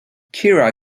kira